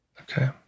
Okay